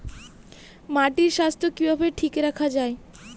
মাটির স্বাস্থ্য কিভাবে ঠিক রাখা যায়?